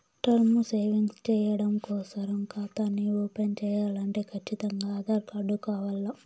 term savings చెయ్యడం కోసరం కాతాని ఓపన్ చేయాలంటే కచ్చితంగా ఆధార్ కార్డు కావాల్ల